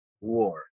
war